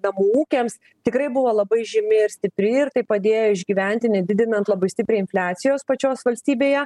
namų ūkiams tikrai buvo labai žymi ir stipri ir tai padėjo išgyventi nedidinant labai stipriai infliacijos pačios valstybėje